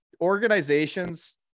organizations